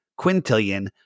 quintillion